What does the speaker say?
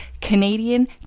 Canadian